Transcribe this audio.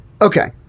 Okay